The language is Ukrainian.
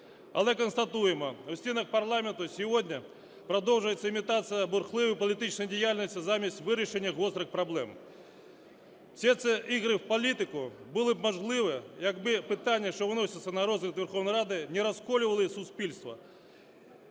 Але констатуємо, у стінах парламенту сьогодні продовжується імітація бурхливої політичної діяльності замість вирішення гострих проблем. Всі ці ігри в політику були б можливі, якби питання, що виносяться на розгляд Верховної Ради, не розколювали суспільство.